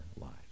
lives